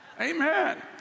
Amen